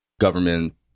Government